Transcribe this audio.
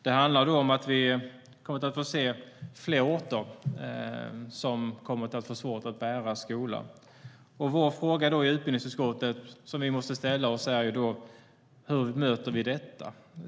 Det handlar om att vi kommer att få se fler orter som kommer att få svårt att bära en skola. Den fråga som vi i utbildningsutskottet måste ställa oss är: Hur möter vi detta?